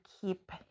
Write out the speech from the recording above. keep